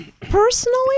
personally